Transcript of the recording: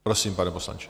Prosím, pane poslanče.